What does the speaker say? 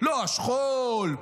לא השכול,